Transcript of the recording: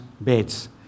beds